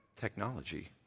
technology